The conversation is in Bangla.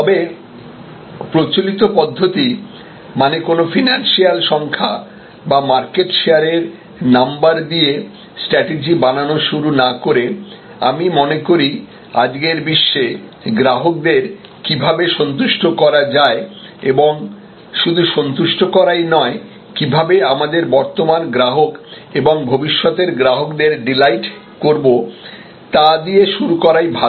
তবে প্রচলিত পদ্ধতি মানে কোন ফিনান্সিয়াল সংখ্যা বা মার্কেট শেয়ারের নাম্বার দিয়ে স্ট্র্যাটিজি বানানো শুরু না করে আমি মনে করি আজকের বিশ্বে গ্রাহকদের কীভাবে সন্তুষ্ট করা যায় এবং এবং শুধু সন্তুষ্ট করাই নয় কীভাবে আমাদের বর্তমান গ্রাহক এবং ভবিষ্যতের গ্রাহকদেরকে ডিলাইট করব তা নিয়ে শুরু করাই ভাল